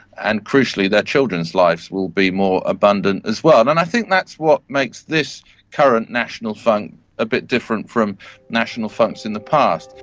and crucially their children's lives will be more abundant as well. and i think that's what makes this current national funk a bit different from national funks in the past.